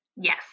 Yes